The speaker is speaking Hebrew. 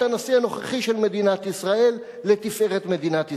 הנשיא הנוכחי של מדינת ישראל לתפארת מדינת ישראל.